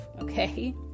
Okay